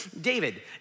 David